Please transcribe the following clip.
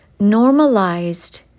normalized